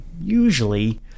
usually